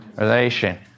Relation